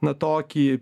na tokį